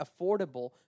affordable